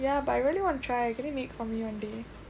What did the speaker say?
ya but I really wanna try can you make for me one day